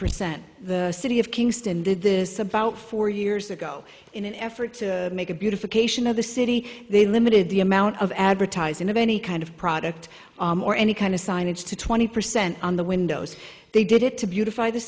percent the city of kingston did this about four years ago in an effort to make a beautification of the city they limited the amount of advertising of any kind of product or any kind of signage to twenty percent on the windows they did it to beautify the